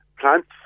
Plants